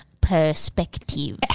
perspective